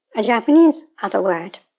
a japanese other word.